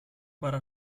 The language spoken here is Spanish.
para